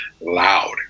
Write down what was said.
loud